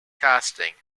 casting